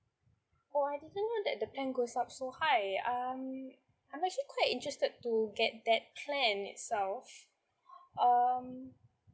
oh I didn't know that the plan goes up so high um I'm actually quite interested to get that plan itself um